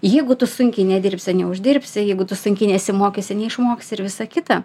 jeigu tu sunkiai nedirbsi neuždirbsi jeigu tu sunkiai nesimokysi neišmoksi ir visa kita